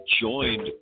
joined